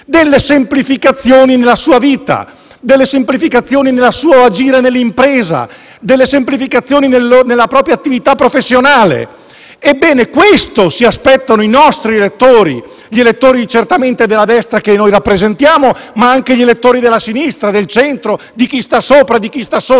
delle semplificazioni nella sua vita, nel suo agire nell'impresa e nella propria attività professionale. Ebbene, questo si aspettano i nostri elettori, gli elettori della destra che rappresentiamo, ma anche gli elettori della sinistra e del centro, di chi sta sopra e di chi sta sotto;